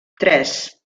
tres